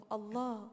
Allah